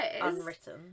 Unwritten